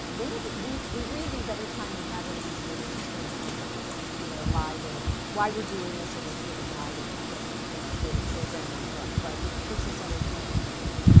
and we we read these every time we have one of these meetings just to remind everyone you know why we're why we're doing this and what's really guiding the the way the program will look. but you know, person-centered care management,